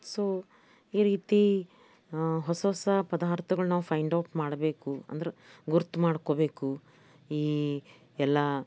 so ಈ ರೀತಿ ಹೊಸ ಹೊಸ ಪದಾರ್ಥಗಳ್ನ ನಾವು ಫೈಂಡ್ ಔಟ್ ಮಾಡಬೇಕು ಅಂದ್ರೆ ಗುರ್ತು ಮಾಡ್ಕೊಳ್ಬೇಕು ಈ ಎಲ್ಲ